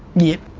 yep.